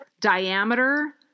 Diameter